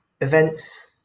events